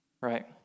right